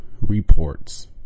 reports